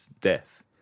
death